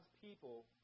people